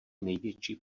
největší